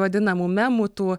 vadinamų memų tų